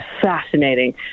fascinating